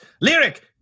Lyric